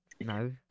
No